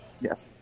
Yes